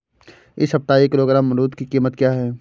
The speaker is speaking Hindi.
इस सप्ताह एक किलोग्राम अमरूद की कीमत क्या है?